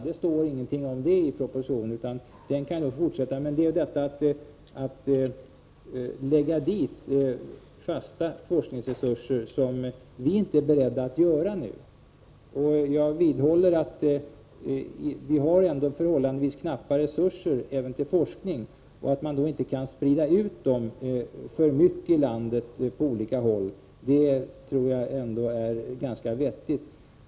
Det står ingenting därom i propositionen, utan den kan fortsätta. Men vi är inte beredda att nu tillföra fasta forskningsresurser. Jag vidhåller att vi har förhållandevis knappa resurser även till forskningen och att man då inte kan sprida ut dessa resurser för mycket på olika håll i landet — detta tror jag är ganska vettigt.